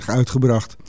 uitgebracht